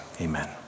amen